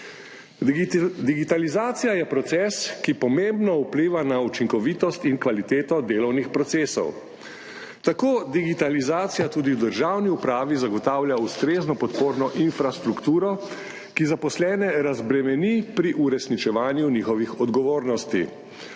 Digitalizacija je proces, ki pomembno vpliva na učinkovitost in kvaliteto delovnih procesov. Tako digitalizacija tudi v državni upravi zagotavlja ustrezno podporno infrastrukturo, ki zaposlene razbremeni pri uresničevanju njihovih odgovornosti.